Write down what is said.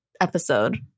episode